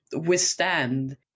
withstand